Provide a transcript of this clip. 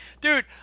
dude